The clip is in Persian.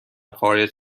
خارج